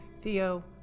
Theo